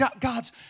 God's